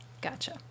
Gotcha